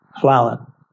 flower